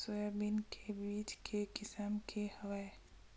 Soybean के बीज के किसम के हवय?